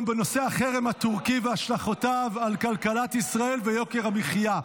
בנושא החרם הטורקי והשלכותיו על כלכלת ישראל ויוקר המחיה.